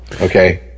Okay